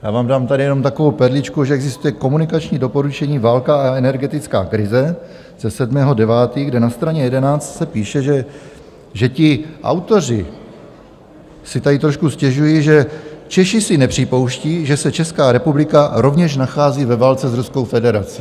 Já vám dám tady jenom takovou perličku, že existuje komunikační doporučení Válka a energetická krize ze 7. 9., kde na straně 11 se píše, že ti autoři si tady trošku stěžují, že Češi si nepřipouští, že se Česká republika rovněž nachází ve válce s Ruskou federací.